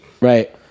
Right